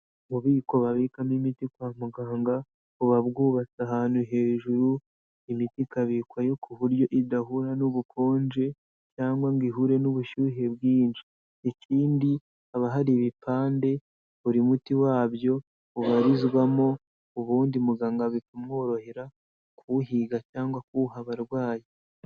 Ububiko babikamo imiti kwa muganga buba bwubatse ahantu hejuru, imiti ikabikwa yo ku buryo idahura n'ubukonje cyangwa ngo ihure n'ubushyuhe bwinshi, ikindi haba hari ibipande buri muti wabyo ubarizwamo ubundi muganga bikamworohera kuwuhiga cyangwa kuwuha abarwayi.